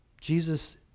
Jesus